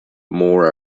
more